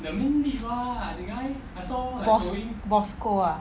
boss bosco ah